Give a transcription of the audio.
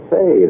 Say